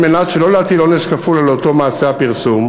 על מנת שלא להטיל עונש כפול על אותו מעשה פרסום,